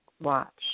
watch